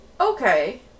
okay